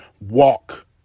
walk